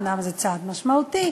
אומנם זה צעד משמעותי,